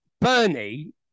Bernie